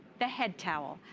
the head towel.